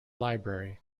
library